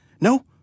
No